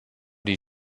die